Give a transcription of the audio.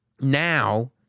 Now